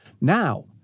Now